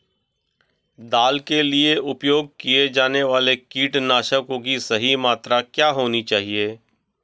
दाल के लिए उपयोग किए जाने वाले कीटनाशकों की सही मात्रा क्या होनी चाहिए?